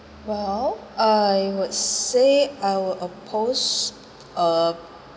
well I would say I will oppose uh